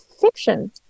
fiction